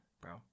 bro